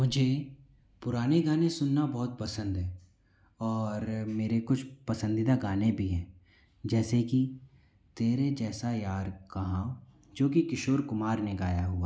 मुझे पुराने गाने सुनना बहुत पसंद है और मेरे कुछ पसंदीदा गाने भी है जैसे कि तेरे जैसा यार कहाँ जोकि किशोर कुमार ने गया हुआ है